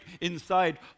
inside